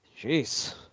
Jeez